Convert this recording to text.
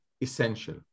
essential